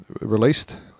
released